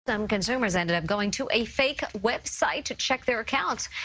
some consumers ended up going to a fake website to check their accounts,